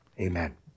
Amen